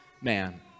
man